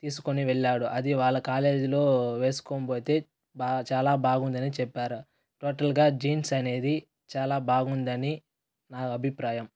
తీసుకొని వెళ్ళాడు అది వాళ్ళ కాలేజీలో వేసుకొని పోతే చాలా బాగుందని చెప్పారు టోటల్గా జీన్స్ అనేది చాలా బాగుంది అని నా అభిప్రాయం